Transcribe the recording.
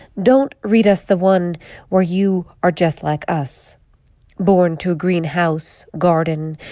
don't read us the one where you are just like us born to a green house, garden.